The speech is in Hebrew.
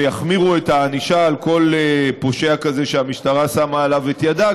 ויחמירו את הענישה על כל פושע כזה שהמשטרה שמה עליו את ידיו,